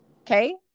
Okay